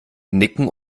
nicken